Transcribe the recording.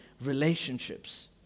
relationships